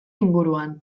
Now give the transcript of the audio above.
inguruan